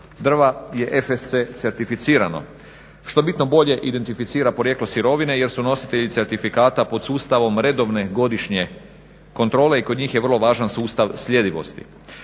drva je fsc certificirano što bitno bolje identificira porijeklo sirovine jer su nositelji certifikata pod sustavom redovne godišnje kontrole i kod njih je vrlo važan sustav sljedivosti.